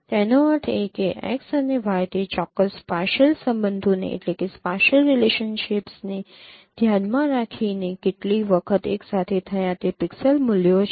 તેનો અર્થ એ કે x અને y તે ચોક્કસ સ્પાસિયલ સંબંધોને ધ્યાનમાં રાખીને કેટલી વખત એક સાથે થયા તે પિક્સેલ મૂલ્યો છે